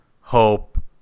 hope